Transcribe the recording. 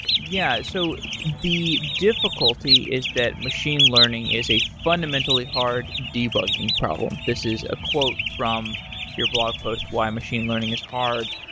yeah. so the difficulty is that machine learning is a fundamentally hard debugging problem. this is a quote from your blog post, why machine learning is hard.